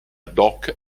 doc